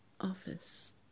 office